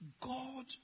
God